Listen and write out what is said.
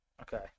Okay